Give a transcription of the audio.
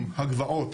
אם הגבעות,